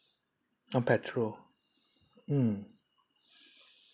on petrol mm